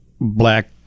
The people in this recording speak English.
black